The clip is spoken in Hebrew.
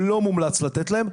לא מומלץ לתת להם,